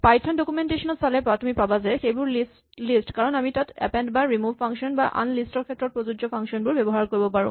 Python documentation ত চালে তুমি পাবা যে সেইবোৰ লিষ্ট কাৰণ আমি তাত এপেন্ড বা ৰিমোভ ফাংচন বা আন লিষ্ট ৰ ক্ষেত্ৰত প্ৰযোজ্য ফাংচন বোৰ ব্যৱহাৰ কৰিব পাৰো